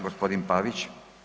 G. Pavić.